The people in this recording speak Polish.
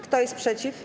Kto jest przeciw?